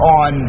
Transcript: on